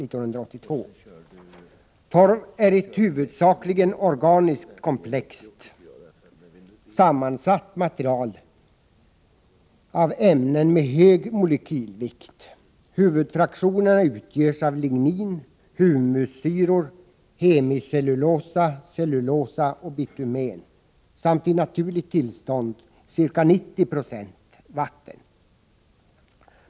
Torv är ett huvudsakligen organiskt, komplext sammansatt material av ämnen med hög molekylvikt. Huvudfraktionerna utgörs av lignin, humussyror, hemicellulosa, cellulosa och bitumen samt i naturligt tillstånd ca 90 26 vatten.